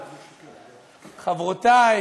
חברותי,